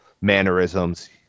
mannerisms